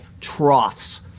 troughs